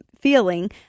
feeling